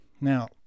Now